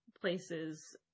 places